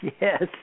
Yes